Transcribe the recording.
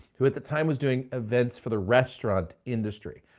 who at the time was doing events for the restaurant industry.